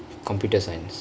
computer science